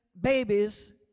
babies